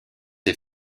est